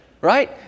right